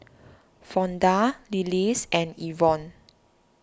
Fonda Lillis and Evonne